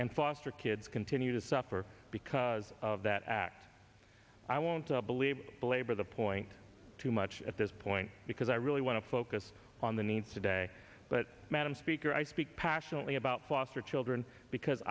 and foster kids continue to suffer because of that act i won't i believe belabor the point too much at this point because i really want to focus on the needs today but madam speaker i speak passionately about foster children because